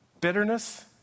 bitterness